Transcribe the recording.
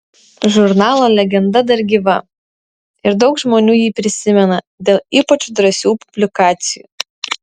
žurnalo legenda dar gyva ir daug žmonių jį prisimena dėl ypač drąsių publikacijų